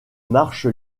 marche